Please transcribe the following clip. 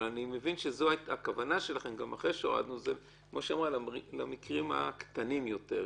אבל אני מבין שהכוונה שלכם היא למקרים הקטנים יותר.